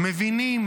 מבינים